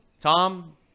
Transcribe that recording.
Tom